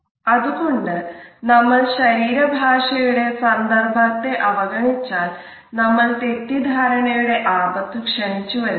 അത്കൊണ്ട് നമ്മൾ ശരീര ഭാഷയുടെ സന്ദർഭത്തെ അവഗണിച്ചാൽ നമ്മൾ തെറ്റിദ്ധാരണയുടെ ആപത്തു ക്ഷണിച്ചു വരുത്തും